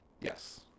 yes